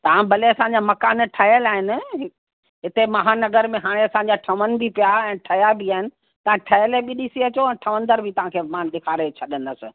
तव्हां भले असांजा मकान ठाहियल आहिनि हिते महानगर में हाणे असांजा ठहण बि पिया ऐं ठहिया बि आहिनि तव्हां ठहियल बि ॾिसी अचो ऐं ठहिंदड़ु बि तव्हांखे मां ॾेखारे छ्ॾंदसि